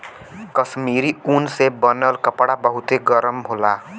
कश्मीरी ऊन से बनल कपड़ा बहुते गरम होला